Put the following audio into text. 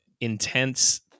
intense